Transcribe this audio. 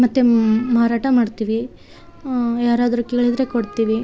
ಮತ್ತು ಮಾರಾಟ ಮಾಡ್ತೀವಿ ಯಾರಾದರು ಕೇಳಿದರೆ ಕೊಡ್ತೀವಿ